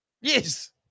Yes